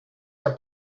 our